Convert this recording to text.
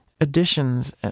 additions